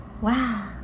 Wow